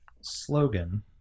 slogan